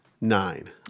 nine